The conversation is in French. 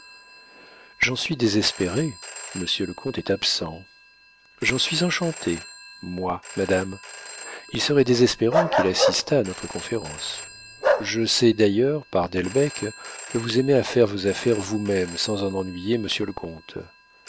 j'en suis désespérée monsieur le comte est absent j'en suis enchanté moi madame il serait désespérant qu'il assistât à notre conférence je sais d'ailleurs par delbecq que vous aimez à faire vos affaires vous-même sans en ennuyer monsieur le comte